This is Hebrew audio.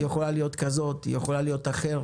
והיא יכולה להיות כזאת ויכולה להיות אחרת.